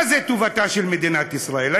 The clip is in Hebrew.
מה זה טובתה של מדינת ישראל,